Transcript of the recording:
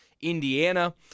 Indiana